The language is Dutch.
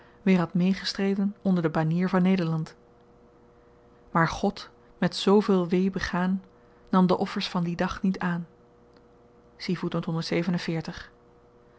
weer had meegestreden onder de banier van nederland maar god met zooveel wee begaan nam de offers van dien dag niet aan